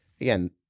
again